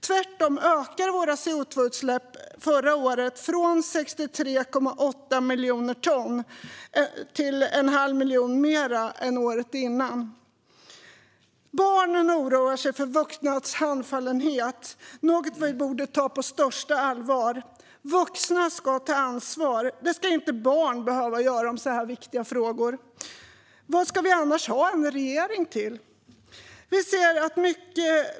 Tvärtom ökade våra CO2-utsläpp förra året till 63,8 miljoner ton - en halv miljon ton mer än året innan. Barnen oroar sig för vuxnas handfallenhet, vilket är något vi borde ta på största allvar. Vuxna ska ta ansvar; det ska inte barn behöva göra i så här viktiga frågor. Vad ska vi annars ha en regering till?